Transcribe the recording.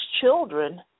children